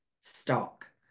stock